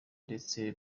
ndetse